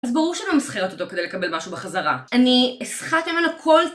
אז ברור שלא ממסחרת אותו כדי לקבל משהו בחזרה. אני אסחט ממנו כל...